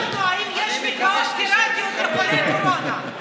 תשאל אותו אם יש מקוואות פיראטיים לחולי קורונה,